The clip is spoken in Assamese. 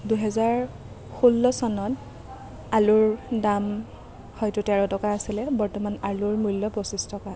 দুহেজাৰ ষোল্ল চনত আলুৰ দাম হয়তো তেৰ টকা আছিলে বৰ্তমান আলুৰ মূল্য় পঁচিছ টকা